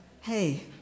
Hey